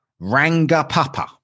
Rangapapa